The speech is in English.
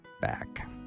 back